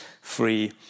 free